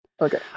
okay